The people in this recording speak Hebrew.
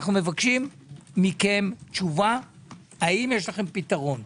אנו מבקשים מכם תשובה האם יש לכם פתרון.